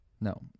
No